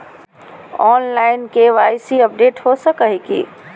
Online KYC update हो सको है की?